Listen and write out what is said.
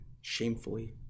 shamefully